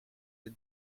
the